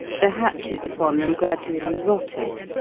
the hatches upon them gradually rotted,